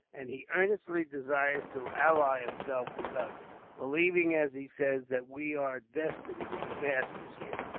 and he earnestly desires to ally himself with us believing, as he says, that we are destined to be masters here.